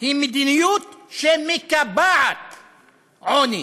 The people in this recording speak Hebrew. היא מדיניות שמקבעת עוני.